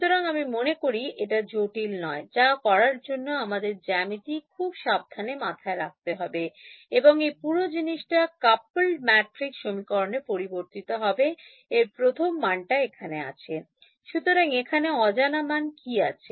সুতরাং আমি মনে করি এটা জটিল নয় যা করার জন্য আমাদের জ্যামিতি খুব সাবধানে মাথায় রাখতে হবে এবং এই পুরো জিনিসটা Coupled Matrix সমীকরণে পরিবর্তিত হবে এর প্রথম মানটা এখানে আছেসুতরাং এখানে অজানা মান কি আছে